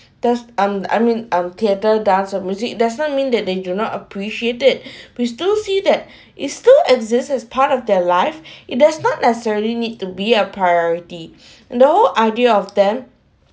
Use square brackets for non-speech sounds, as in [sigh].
does um I mean um theatre dance on music does not mean that they do not appreciate it [breath] we still see that [breath] it still exists as part of their life it does not necessarily need to be a priority [breath] in the whole idea of them